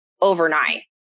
overnight